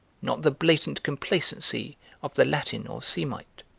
not the blatant complacency of the latin or semite.